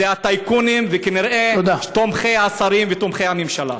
זה הטייקונים, וכנראה תומכי השרים ותומכי הממשלה.